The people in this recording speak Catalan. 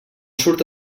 surt